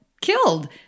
killed